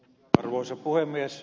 arvoisa puhemies